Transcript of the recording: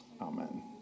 Amen